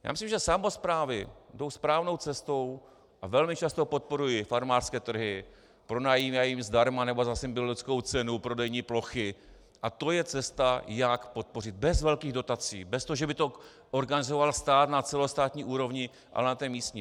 Myslím si, že samosprávy jdou správnou cestou a velmi často podporují farmářské trhy, pronajímají jim zdarma nebo za symbolickou cenu prodejní plochy, a to je cesta, jak podpořit bez velkých dotací, bez toho, že by to organizoval stát na celostátní úrovni, ale na té místní.